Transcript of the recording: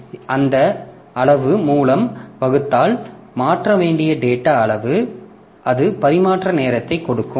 எனவே அந்த அளவு மூலம் வகுத்தால் மாற்ற வேண்டிய டேட்டா அளவு அது பரிமாற்ற நேரத்தைக் கொடுக்கும்